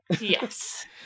Yes